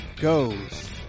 goes